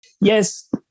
Yes